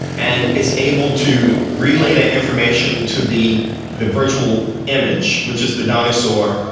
and is able to relay that information to the the virtual image which is the dinosaur,